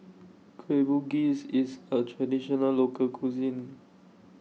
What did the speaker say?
Kueh Bugis IS A Traditional Local Cuisine